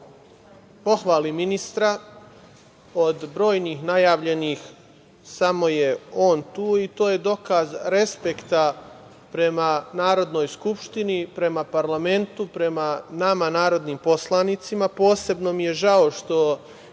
pohvalim ministra, od brojnih najavljenih samo je on tu i to je dokaz respekta prema Narodnoj skupštini, prema parlamentu, prema nama narodnim poslanicima. Posebno mi je žao što